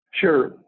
Sure